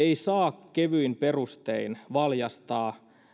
ei saa kevyin perustein valjastaa